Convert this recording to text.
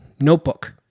notebook